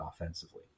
offensively